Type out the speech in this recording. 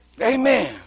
amen